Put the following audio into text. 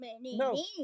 No